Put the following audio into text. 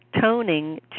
toning